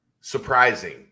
surprising